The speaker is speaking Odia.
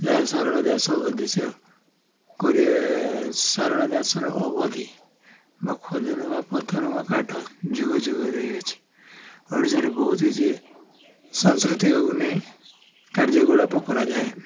ଯାହା ସାରଳ ଦାସ ଅବଦ୍ଧିଶ କରି ସାରଳା ଦାସର ଅବଧି ବା ଖଜନ ବା ପଥର ବା କାଠ ଯୁଗ ଯୋଗ ରହିଅଛି ଓଡ଼ିଶାରେ ବହୁତ କିଛି ସଂସ୍କୃତିକୁ ନେଇ କାର୍ଯ୍ୟକଳାପ କରାଯାଏ